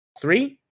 three